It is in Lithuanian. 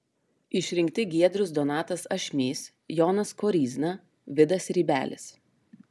išrinkti giedrius donatas ašmys jonas koryzna vidas rybelis